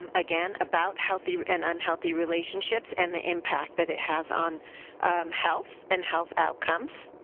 um again about healthy and unhealthy relationships and the impact that it has on health and health outcomes.